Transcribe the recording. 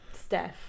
Steph